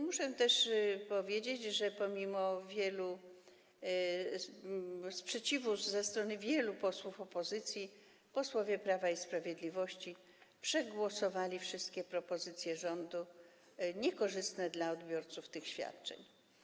Muszę też powiedzieć, że pomimo sprzeciwu ze strony wielu posłów opozycji posłowie Prawa i Sprawiedliwości przegłosowali wszystkie propozycje rządu niekorzystne dla odbiorców tych świadczeń.